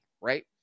right